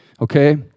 okay